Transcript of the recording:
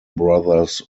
brothers